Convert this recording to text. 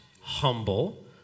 humble